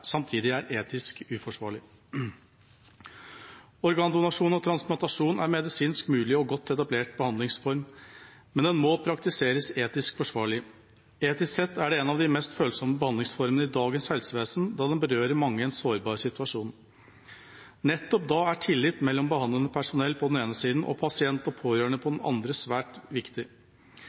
etisk uforsvarlig. Organdonasjon og transplantasjon er medisinsk mulig og en godt etablert behandlingsform. Men den må praktiseres etisk forsvarlig. Etisk sett er det en av de mest følsomme behandlingsformene i dagens helsevesen, da den berører mange i en sårbar situasjon. Nettopp da er tillit mellom behandlende personell på den ene siden og pasient og pårørende på den andre siden svært viktig.